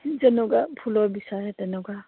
যেনেকুৱা ফুলৰ বিচাৰে তেনেকুৱা